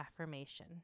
affirmation